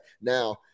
Now